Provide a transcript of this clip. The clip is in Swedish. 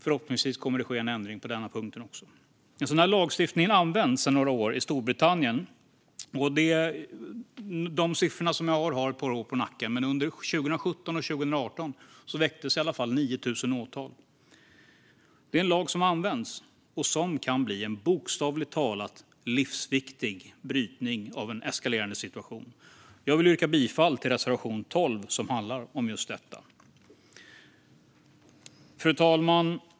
Förhoppningsvis kommer det att ske en ändring på den punkten också. Den här typen av lagstiftning används sedan några år i Storbritannien. De siffror jag har har ett par år på nacken, men under 2017 och 2018 väcktes i alla fall 9 000 åtal. Det är en lag som används och som bokstavligt talat kan bli en livsviktig brytning av en eskalerande situation. Jag vill yrka bifall till reservation 12 som handlar om just detta. Fru talman!